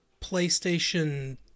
PlayStation